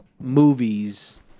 movies